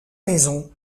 maison